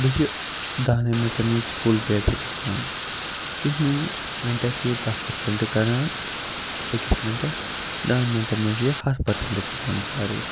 بیٚیہِ چھِ دَہنٕے مِنٛٹَن منٛز فُل بیٹرٛی گژھان تُہۍ مٲنِو مِنٛٹَس چھِ یہِ داہ پٔرسَنٛٹ کران أکِس مِنٛٹَس دَہَن مِنٛٹَن منٛز چھِ یہِ ہَتھ پٔرسَنٛٹ کران چارٕج